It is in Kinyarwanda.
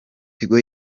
tigo